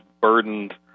burdened